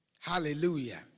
Hallelujah